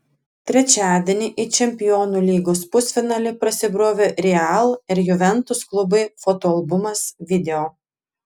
trečiadienį į čempionų lygos pusfinalį prasibrovė real ir juventus klubai fotoalbumas video